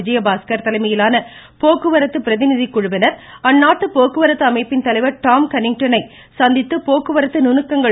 விஜயபாஸ்கர் தலைமையிலான போக்குவரத்து பிரதிநிதிக்குழுவினர் அந்நாட்டு போக்குவரத்து அமைப்பின் தலைவர் கன்னிங்டன்னை சந்தித்து போக்குவரத்து நுணுக்கங்கள் திரு